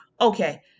okay